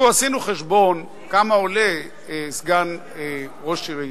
לו עשינו חשבון כמה עולה סגן ראש עירייה,